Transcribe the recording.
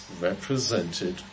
represented